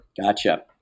gotcha